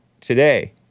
today